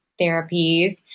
therapies